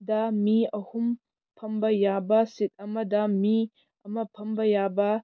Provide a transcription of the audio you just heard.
ꯗ ꯃꯤ ꯑꯍꯨꯝ ꯐꯝꯕ ꯌꯥꯕ ꯁꯤꯠ ꯑꯃꯗ ꯃꯤ ꯑꯃ ꯐꯝꯕ ꯌꯥꯕ